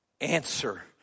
answer